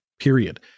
period